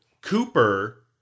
Cooper